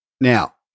Now